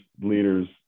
leaders